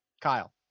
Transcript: Kyle